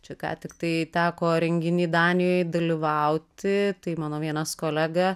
čia ką tik tai teko renginy danijoje dalyvauti tai mano vienas kolega